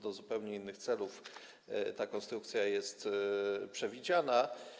Do zupełnie innych celów ta konstrukcja jest przewidziana.